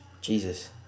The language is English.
jesus